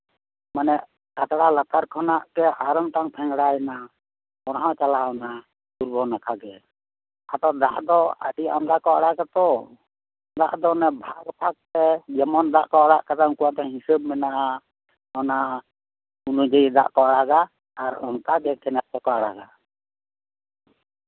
ᱠᱷᱟᱛᱲᱟ ᱞᱟᱛᱟᱨ ᱠᱷᱚᱱᱟᱜᱛᱮ ᱟᱨ ᱢᱤᱫᱴᱟᱱ ᱯᱷᱮᱝᱲᱟᱭᱮᱱᱟ ᱚᱱᱟᱦᱚᱸ ᱪᱟᱞᱟᱣᱭᱮᱱᱟ ᱯᱩᱨᱵᱚ ᱱᱟᱠᱷᱟ ᱜᱮ ᱟᱫᱚ ᱫᱟᱜ ᱫᱚ ᱟᱹᱰᱤ ᱟᱢᱫᱟ ᱠᱚ ᱟᱲᱟᱜ ᱟᱛᱚ ᱫᱟᱜ ᱫᱚ ᱵᱷᱟᱜᱽᱵᱷᱟᱜᱽ ᱛᱮ ᱡᱮᱢᱚᱱ ᱫᱟᱜ ᱠᱚ ᱟᱲᱟᱜ ᱠᱟᱫᱟ ᱩᱱᱠᱩᱣᱟᱜ ᱫᱚ ᱦᱤᱥᱟᱹᱵ ᱢᱮᱱᱟᱜᱼᱟ ᱚᱱᱟ ᱚᱱᱩᱡᱟᱭᱤ ᱫᱟᱜ ᱠᱚ ᱟᱲᱟᱜᱟ ᱟᱨ ᱚᱱᱠᱟᱜᱮ ᱱᱟᱛᱮᱱᱟᱜ ᱠᱚᱠᱚ ᱟᱲᱟᱜᱟ